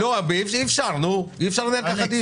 אי אפשר לנהל כך דיון.